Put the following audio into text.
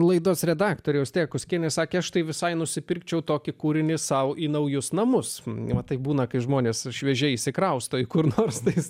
laidos redaktorė austėja kuskienė sakė aš tai visai nusipirkčiau tokį kūrinį sau į naujus namus ne taip būna kai žmonės šviežiai įsikrausto į kurnorstais